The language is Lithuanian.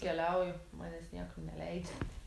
keliauju manęs niekur neleidžia